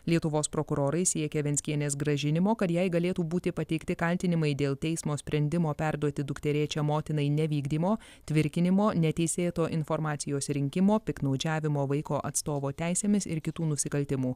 lietuvos prokurorai siekia venckienės grąžinimo kad jai galėtų būti pateikti kaltinimai dėl teismo sprendimo perduoti dukterėčią motinai nevykdymo tvirkinimo neteisėto informacijos rinkimo piktnaudžiavimo vaiko atstovo teisėmis ir kitų nusikaltimų